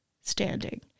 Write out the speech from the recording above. standing